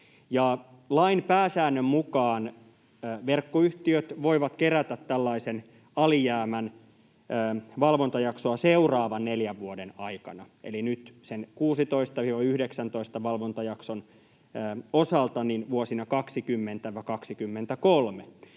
Lain pääsäännön mukaan verkkoyhtiöt voivat kerätä tällaisen alijäämän valvontajaksoa seuraavan 4 vuoden aikana eli nyt vuosien 2016–2019 valvontajakson osalta vuosina 2020–2023.